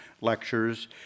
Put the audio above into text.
Lectures